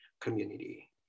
community